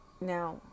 Now